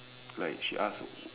like she ask